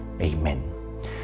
Amen